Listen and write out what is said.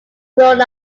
grown